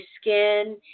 skin